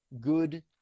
good